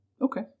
Okay